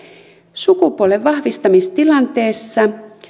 sukupuolen vahvistamistilanteessa